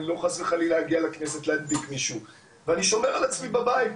אני לא אגיע חלילה לכנסת להדביק מישהו ואני שומר על עצמי בבית.